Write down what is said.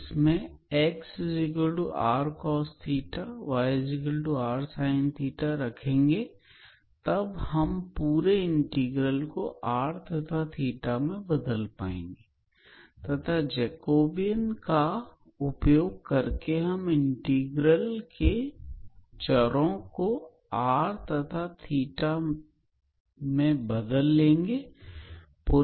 इस स्थिति में इंटीग्रल में रखेंगे तब हम पूरे इंटीग्रल को जैकोबियन तथा चर बदलने की विधि से r तथा θ में बदल सकते हैं